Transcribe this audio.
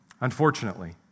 Unfortunately